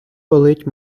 болить